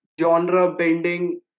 genre-bending